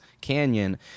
Canyon